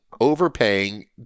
overpaying